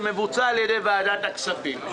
שמבוצע על-ידי ועדת הכספים.